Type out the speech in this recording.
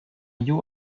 you